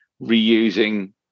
reusing